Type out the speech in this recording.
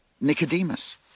Nicodemus